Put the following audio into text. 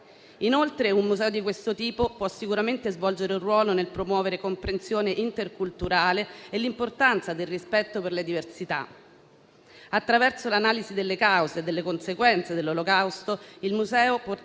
Inoltre, un museo di questo tipo può sicuramente svolgere un ruolo nel promuovere la comprensione interculturale e l'importanza del rispetto per le diversità. Attraverso l'analisi delle cause e delle conseguenze dell'Olocausto, il museo potrebbe